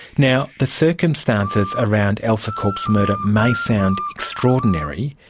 now, the circumstances around elsa corp's murder may sound extraordinary,